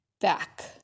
back